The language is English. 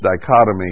dichotomy